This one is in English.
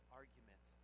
argument